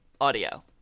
audio